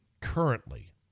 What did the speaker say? currently